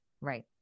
right